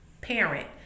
parent